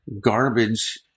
garbage